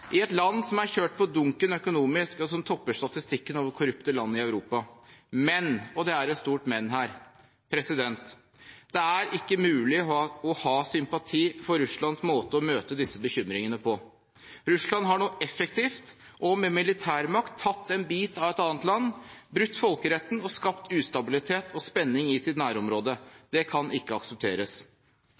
i et land som er kjørt på dunken økonomisk, og som topper statistikken over korrupte land i Europa. Men – og det er et stort men her: Det er ikke mulig å ha sympati for Russlands måte å møte disse bekymringene på. Russland har nå effektivt og med militærmakt tatt en bit av et annet land, brutt folkeretten og skapt ustabilitet og spenning i sitt nærområde. Det kan ikke aksepteres.